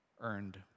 earned